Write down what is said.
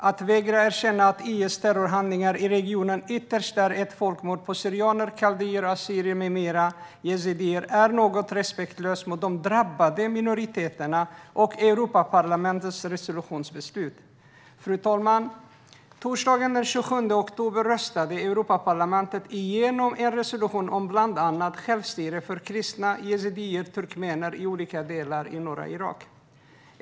Att vägra att erkänna att IS terrorhandlingar i regionen ytterst är ett folkmord på syrianer, kaldéer, assyrier, yazidier med flera är något respektlöst mot de drabbade minoriteterna och Europaparlamentets resolutionsbeslut. Fru talman! Torsdagen den 27 oktober röstade Europaparlamentet igenom en resolution om bland annat självstyre för kristna, yazidier och turkmener i olika delar i norra Irak.